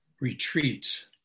retreats